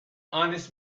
honest